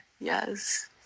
yes